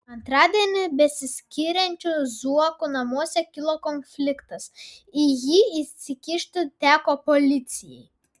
antradienį besiskiriančių zuokų namuose kilo konfliktas į jį įsikišti teko policijai